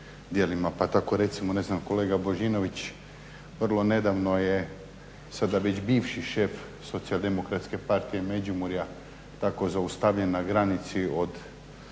Pa tako recimo ne znam kolega Božinović vrlo nedavno je, sada već bivši šef SDP-a Međimurja tako zaustavljen na granici od